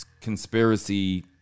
conspiracy